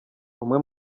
umwe